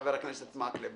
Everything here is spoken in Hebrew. חבר הכנסת מקלב.